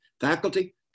Faculty